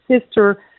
sister